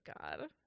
God